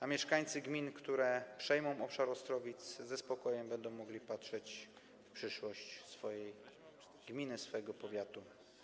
A mieszkańcy gmin, które przejmą obszar Ostrowic, ze spokojem będą mogli patrzeć w przyszłość swojej gminy, swojego powiatu.